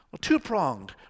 two-pronged